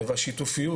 והשיתופיות,